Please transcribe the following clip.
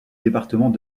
département